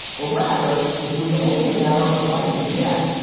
or rather if it was only a matter of life and death,